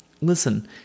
Listen